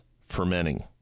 fermenting